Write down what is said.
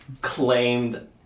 claimed